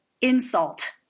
insult